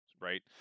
right